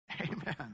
Amen